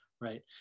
Right